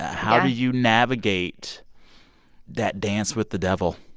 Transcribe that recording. how do you navigate that dance with the devil?